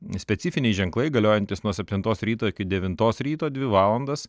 specifiniai ženklai galiojantys nuo septintos ryto iki devintos ryto dvi valandas